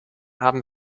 haben